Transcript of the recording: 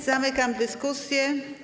Zamykam dyskusję.